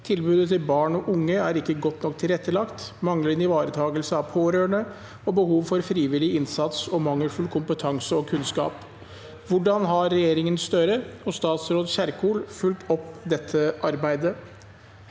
tilbudet til barn/unge er ikke godt nok tilrettelagt, manglende ivaretakelse av pårørende og behov for frivillig innsats og mangelfull kompetanse og kunnskap. Hvordan har regjeringen Støre og statsråd Kjerkol fulgt opp dette arbeidet?»